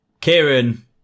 Kieran